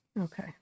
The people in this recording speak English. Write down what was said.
Okay